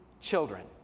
children